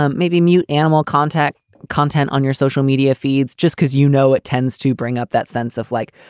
um maybe mute animal contact content on your social media feeds just because, you know, it tends to bring up that sense of like.